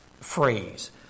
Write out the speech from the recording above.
phrase